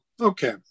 Okay